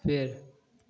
पेड़